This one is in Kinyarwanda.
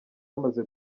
bamaze